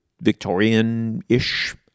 Victorian-ish